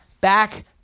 back